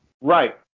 Right